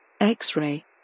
X-Ray